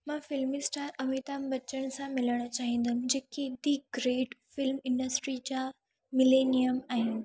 मां फिल्मी स्टार अमिताभ बच्चन सां मिलणु चाहिंदमि जेकी दि ग्रेट फिल्म इंडस्ट्री जा मिलेनियम आहिनि